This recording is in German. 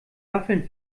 waffeln